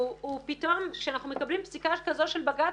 פתאום כשאנחנו מקבלים פסיקה כזו של בג"ץ,